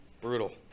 Brutal